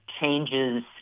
changes